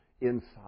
inside